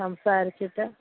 സംസാരിച്ചിട്ട്